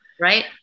Right